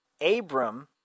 Abram